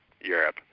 Europe